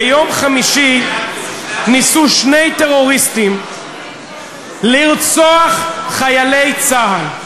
ביום חמישי ניסו שני טרוריסטים לרצוח חיילי צה"ל.